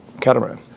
catamaran